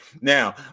Now